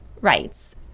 rights